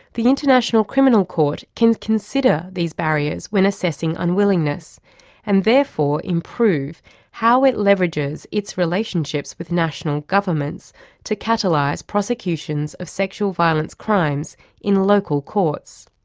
the international criminal court can consider these barriers when assessing unwillingness and therefore improve how it leverages its relationships with national governments to catalyse prosecutions of sexual violence crimes in local courts.